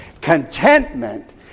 Contentment